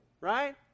right